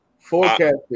Forecasting